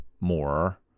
more